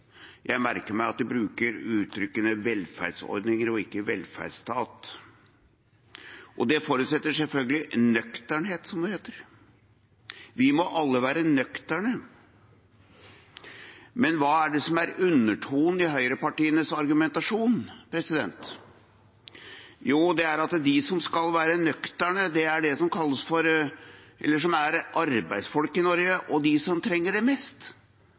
Jeg merker meg at de bruker uttrykket «velferdsordninger» og ikke «velferdsstat». Det forutsetter selvfølgelig nøkternhet, som det heter. Vi må alle være nøkterne. Men hva er undertonen i høyrepartienes argumentasjon? Jo, det er at de som skal være nøkterne, er de i Norge som er arbeidsfolk, og de som trenger det mest.